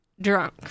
drunk